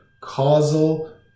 causal